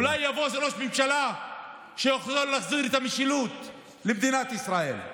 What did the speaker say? אולי יבוא איזה ראש ממשלה שיכול להחזיר את המשילות למדינת ישראל.